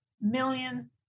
million